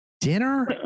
dinner